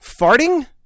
Farting